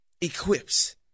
equips